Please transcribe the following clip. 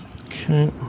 Okay